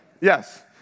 Yes